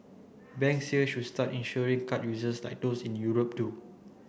banks here should start insuring card users like those in Europe do